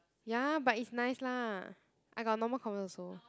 ya but it's nice lah I got a normal converse also